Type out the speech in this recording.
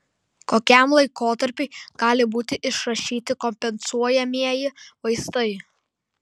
kokiam laikotarpiui gali būti išrašyti kompensuojamieji vaistai